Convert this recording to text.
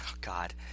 God